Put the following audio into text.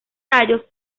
tallos